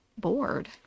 bored